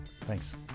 Thanks